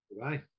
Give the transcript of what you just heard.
Goodbye